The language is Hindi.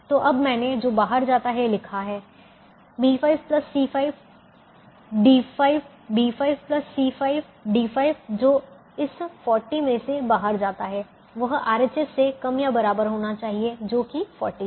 तो अब मैंने जो बाहर जाता है लिखा है B5C5 D5 B5C5D5 जो इस 40 मे से बाहर जाता है वह RHS से कम या बराबर होना चाहिए जो कि 40 है